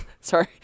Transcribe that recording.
sorry